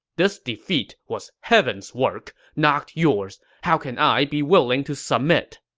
this defeat was heaven's work, not yours. how can i be willing to submit?